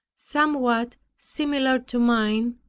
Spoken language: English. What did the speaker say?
somewhat similar to mine,